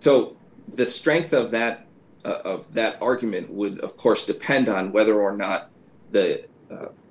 so the strength of that of that argument would of course depend on whether or not the